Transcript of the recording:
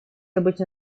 обычно